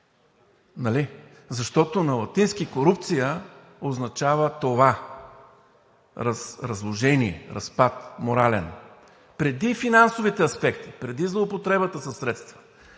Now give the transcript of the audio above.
защото на латински корупция означава това – разложение, разпад, морален, преди финансовите аспекти, преди злоупотребата със средства,